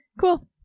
Cool